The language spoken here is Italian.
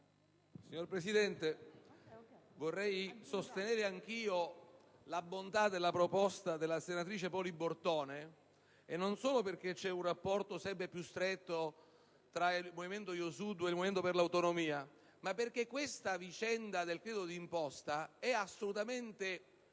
Signora Presidente, vorrei sostenere anch'io la bontà della proposta della senatrice Poli Bortone, e non solo perché vi è un rapporto sempre più stretto tra il Movimento Io Sud e il Movimento per le Autonomie, ma perché la vicenda del credito di imposta è assolutamente